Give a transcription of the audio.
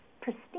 pristine